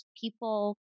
people